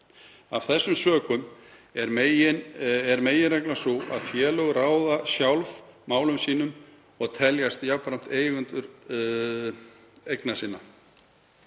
Af þessum sökum er meginreglan sú að félög ráða sjálf málum sínum og teljast jafnframt eigendur eigna sinna.